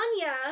Anya